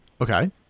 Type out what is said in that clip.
Okay